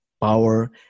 power